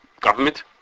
government